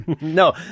no